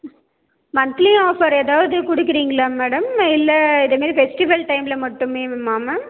monthly offer ஏதாவது கொடுக்கிறிங்களா madam இல்லை இது மாதிரி ஃபெஸ்டிவல் டைமில் மட்டுமேவா மேம்